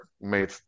made